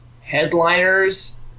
headliners